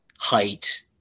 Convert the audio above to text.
Height